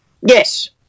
Yes